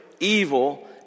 evil